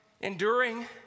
enduring